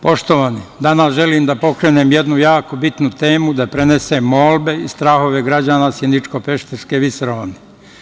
Poštovani, danas želim da pokrenem jednu jako bitnu temu, da prenesem molbe i strahove građana Sjeničko-Pešterske visoravni.